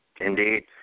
Indeed